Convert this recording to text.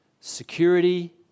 security